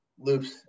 loops